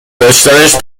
داشتنش